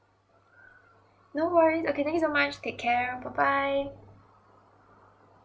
no worries okay thank you so much take care bye bye